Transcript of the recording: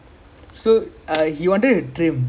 why